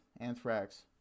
Anthrax